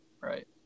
right